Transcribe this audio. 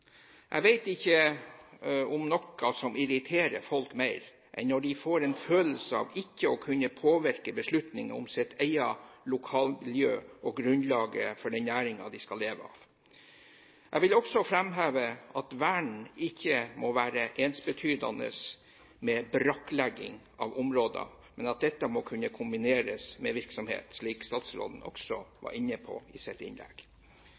Jeg vet ikke om noe som irriterer folk mer enn når de får en følelse av ikke å kunne påvirke beslutninger om sitt eget lokalmiljø og grunnlaget for den næringen de skal leve av. Jeg vil også framheve at vern ikke må være ensbetydende med «brakklegging» av områder, men at dette må kunne kombineres med virksomhet, slik statsråden også var inne på i sitt innlegg.